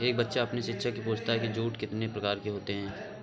एक बच्चा अपने शिक्षक से पूछता है कि जूट कितने प्रकार के होते हैं?